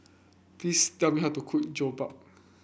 please tell me how to cook Jokbal